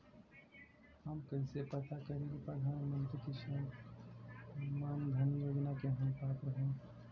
हम कइसे पता करी कि प्रधान मंत्री किसान मानधन योजना के हम पात्र हई?